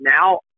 now